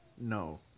no